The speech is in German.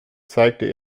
zeigte